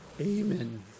Amen